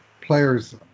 players